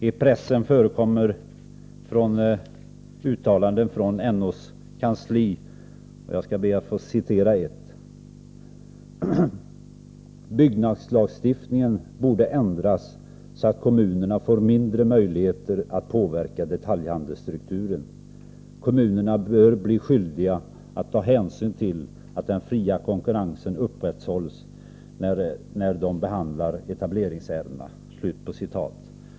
I pressen förekommer uttalanden från NO:s kansli, som jag skall be att få återge: Byggnadslagstiftningen borde ändras så att kommunerna får mindre möjligheter att påverka detaljhandelsstrukturen. Kommunerna bör bli skyldiga att ta hänsyn till att den fria konkurrensen upprätthålls när de behandlar etableringsärenden.